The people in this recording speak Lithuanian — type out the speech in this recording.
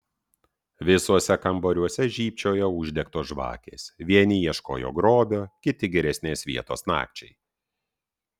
visuose kambariuose žybčiojo uždegtos žvakės vieni ieškojo grobio kiti geresnės vietos nakčiai